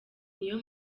niyo